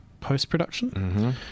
post-production